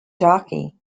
jockey